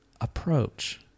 approach